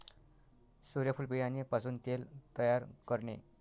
सूर्यफूल बियाणे पासून तेल तयार करणे